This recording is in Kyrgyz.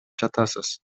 жатасыз